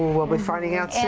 we'll we'll be finding out and